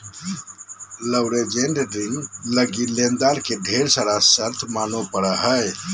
leveraged ऋण लगी लेनदार के ढेर सारा शर्त माने पड़ो हय